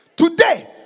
Today